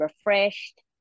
refreshed